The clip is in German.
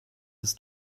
ist